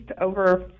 over